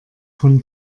von